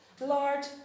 Lord